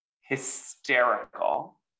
hysterical